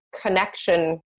connection